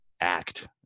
act